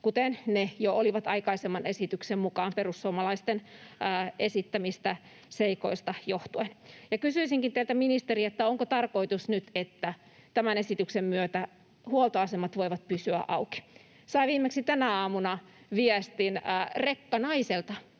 kuten ne jo olivat aikaisemman esityksen mukaan perussuomalaisten esittämistä seikoista johtuen. Kysyisinkin teiltä, ministeri: onko tarkoitus nyt, että tämän esityksen myötä huoltoasemat voivat pysyä auki? Sain viimeksi tänä aamuna viestin rekkanaiselta.